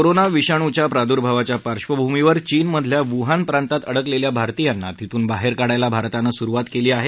corona विषाणूच्या प्रादूर्भावाच्या पार्श्वभूमीवर चीनमधल्या वूहान प्रांतात अडकलेल्या भारतीयांना तिथून बाहेर काढायला भारतानं सुरुवात केली आहे